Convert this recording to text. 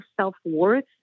self-worth